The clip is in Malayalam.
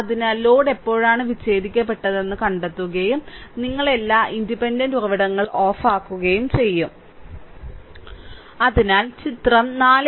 അതിനാൽ ലോഡ് എപ്പോഴാണ് വിച്ഛേദിക്കപ്പെട്ടതെന്ന് കണ്ടെത്തുകയും നിങ്ങൾ എല്ലാ ഇൻഡിപെൻഡന്റ് ഉറവിടങ്ങളും ഓഫാക്കുകയും ചെയ്യും അതിനാൽ ചിത്രം 4